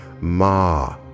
ma